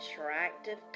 attractive